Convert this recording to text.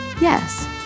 yes